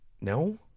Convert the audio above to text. No